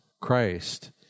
christ